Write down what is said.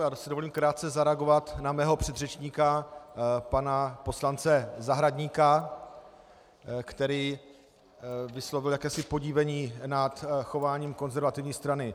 Já si dovolím krátce zareagovat na svého předřečníka pana poslance Zahradníka, který vyslovil jakési podivení nad chováním konzervativní strany.